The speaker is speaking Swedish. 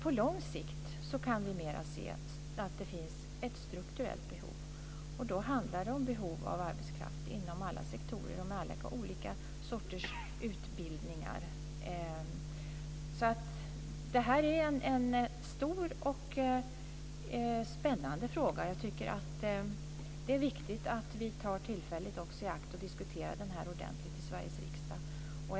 På lång sikt kan vi se mer att det finns ett strukturellt behov, och då handlar det om behov av arbetskraft inom alla sektorer och med olika sorters utbildningar. Det här är en stor och spännande fråga. Jag tycker att det är viktigt att vi tar tillfället i akt att också diskutera den ordentligt i Sveriges riksdag.